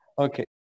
Okay